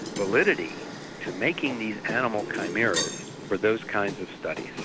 validity to making these animal chimeras for those kinds of studies.